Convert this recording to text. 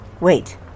Wait